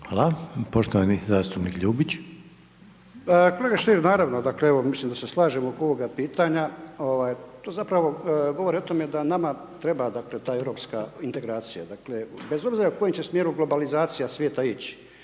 Hvala. Poštovani zastupnik Ljubić. **Ljubić, Božo (HDZ)** Kolega Stier, naravno, dakle mislim da se slažemo oko ovog pitanja, ovaj, to zapravo govori o tome da nama treba, dakle ta europska integracija, dakle, bez obzira u kojem će smjeru globalizacija svijeta ići,